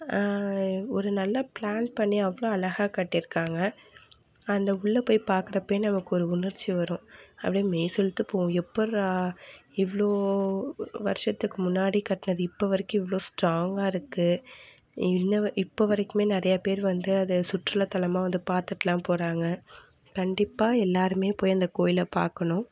ஒரு நல்ல ப்ளான் பண்ணி அவ்வளோ அழகாக கட்டிருக்காங்க அந்த உள்ளே போய் பார்க்கறப்பையே நமக்கு ஒரு உணர்ச்சி வரும் அப்டே மெய் சிலிர்த்து போவும் எப்புடிறா இவ்வளோ வருஷத்துக்கு முன்னாடி கட்டுனது இப்போ வரைக்கும் இவ்வளோ ஸ்ட்ராங்காக இருக்கு என்ன வ இப்போ வரைக்குமே நிறையா பேர் வந்து அத சுற்றுலா தளமாக வந்து பார்த்துட்லாம் போகறாங்க கண்டிப்பாக எல்லாருமே போய் அந்த கோயிலை பார்க்கணும்